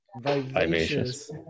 vivacious